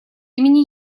имени